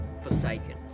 forsaken